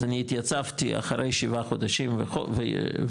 אז אני התייצבתי אחרי שבעה חודשים ויום,